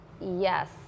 yes